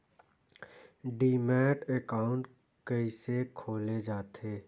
Demat account कइसे खोले जाथे?